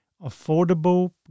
Affordable